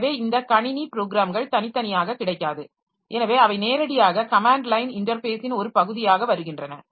எனவே இந்த கணினி ப்ரோக்ராம்கள் தனித்தனியாக கிடைக்காது எனவே அவை நேரடியாக கமேன்ட் லைன் இன்டர்ஃபேஸின் ஒரு பகுதியாக வருகின்றன